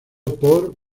por